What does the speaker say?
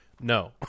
No